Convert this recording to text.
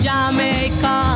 Jamaica